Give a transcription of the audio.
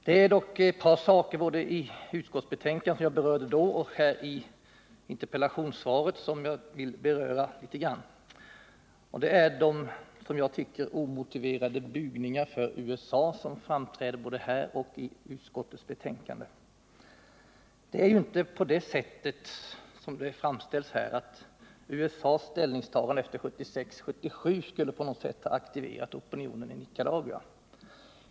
Det är dock ett par saker, både i utskottsbetänkandet, vilket jag berörde då, och i interpellationssvaret i dag, som jag vill något beröra: det är de, som jag tycker, något omotiverade bugningarna för USA som framträder både här och i utskottets betänkande. Det förhåller sig ju inte på det sätt som det framställs här, att USA:s ställningstagande efter 1976-1977 skulle på något sätt ha aktiverat opinionen i Nicaragua.